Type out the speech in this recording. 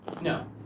No